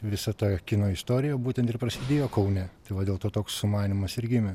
visa ta kino istorija būtent ir prasidėjo kaune tai va dėl to toks sumanymas ir gimė